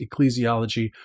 ecclesiology